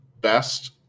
best